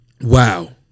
Wow